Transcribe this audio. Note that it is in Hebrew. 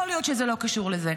יכול להיות שזה לא קשור לזה,